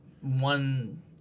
one